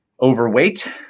overweight